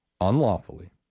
unlawfully